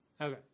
okay